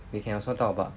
we can also talk about